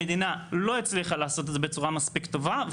המדינה לא הצליחה לעשות את זה בצורה מספיק טובה.